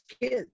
kids